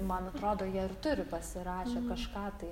man atrodo jie ir turi pasirašę kažką tai